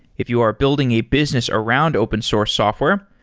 if you are building a business around open source software,